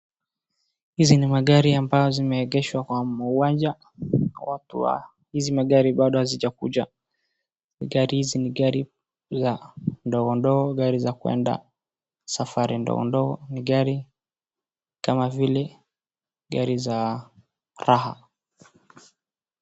Hizi ni magari ambazo zimeegeshwa kwa uwanja, watu wa hizi magari bado hawajakuja, gari hizi ni gari za ndogondogo gari za kuenda safari ndogondogo, ni gari kama vile gari za raha.